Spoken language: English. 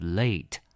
late